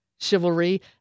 chivalry